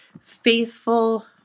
faithful